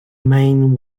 maine